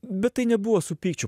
bet tai nebuvo su pykčiu